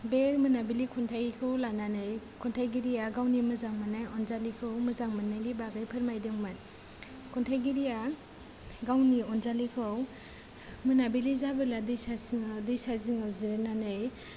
बे मोनाबिलि खान्थाइखौ लानानै खन्थाइगिरिआ गावनि मोजां मोननाय अनजालिखौ मोजां मोननायनि बागै फोरमायदोंमोन खन्थाइगिरिया गावनि अनजालिखौ मोनाबिलि जाबोला दैसा जिङाव जिरायनानै